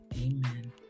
Amen